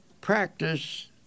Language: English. practice